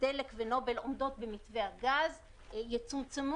דלק ונובל עומדות במתווה הגז יצומצמו